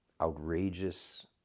outrageous